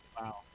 Wow